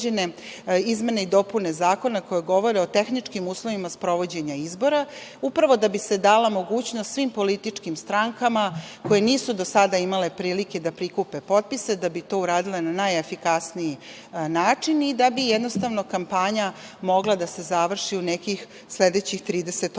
izmene i dopune zakona koje govore o tehničkim uslovima sprovođenja izbora, upravo da bi se dala mogućnost svim političkim strankama koje nisu do sada imale prilike da prikupe potpise, da bi to uradile na najefikasniji način i da bi jednostavno kampanja mogla da se završi u nekih sledećih 38 dana. Šta